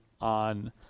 on